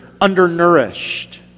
undernourished